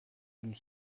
une